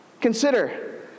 Consider